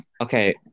okay